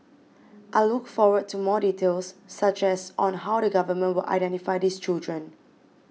I look forward to more details such as on how the government will identify these children